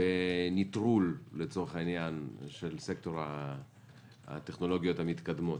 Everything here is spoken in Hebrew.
בנטרול של סקטור הטכנולוגיות המתקדמות,